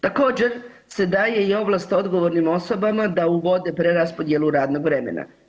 Također se daje i ovlast odgovornim osobama da uvode preraspodjelu radnog vremena.